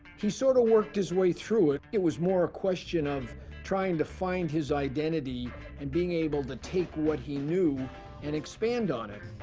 he sort of worked his way through it. it was more a question of trying to find his identity and being able to take what he knew and expand on it.